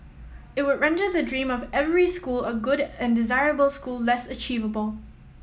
it would render the dream of every school a good and desirable school less achievable